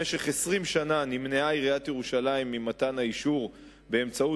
במשך 20 שנה נמנעה עיריית ירושלים ממתן האישור באמצעות